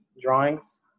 drawings